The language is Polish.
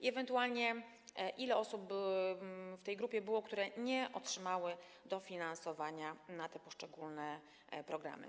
Ile ewentualnie było w tej grupie osób, które nie otrzymały dofinansowania na te poszczególne programy?